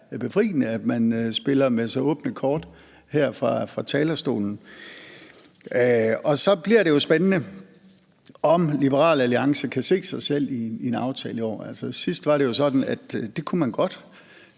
befriende, at man spiller med så åbne kort her fra talerstolen. Så bliver det jo spændende, om Liberal Alliance kan se sig selv i en aftale i år. Altså, sidst var det jo sådan, at det kunne man jo